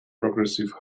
progressive